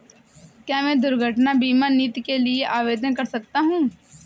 क्या मैं दुर्घटना बीमा नीति के लिए आवेदन कर सकता हूँ?